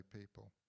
people